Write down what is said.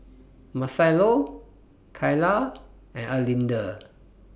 Marcello Kyla and Erlinda